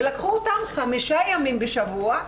ולקחו אותן חמישה ימים בשבוע,